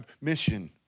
mission